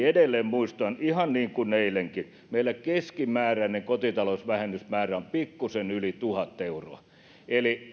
edelleen muistutan ihan niin kuin eilenkin että meillä keskimääräinen kotitalousvähennyksen määrä on pikkusen yli tuhat euroa eli